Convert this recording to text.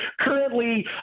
currently